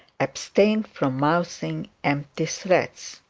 abstained from mouthing empty threats.